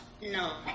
No